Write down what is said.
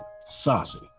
saucy